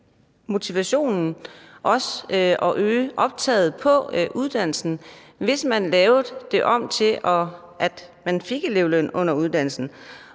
til at søge ind og øge optaget på uddannelsen, hvis det blev lavet om, sådan at man fik elevløn under uddannelsen.